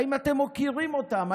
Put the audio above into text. האם אתם מוקירים אותם?